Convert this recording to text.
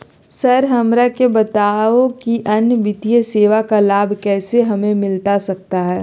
Sir हमरा के बताओ कि अन्य वित्तीय सेवाओं का लाभ कैसे हमें मिलता सकता है?